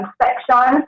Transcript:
section